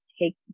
take